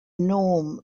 norm